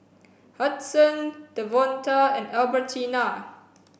Hudson Devonta and Albertina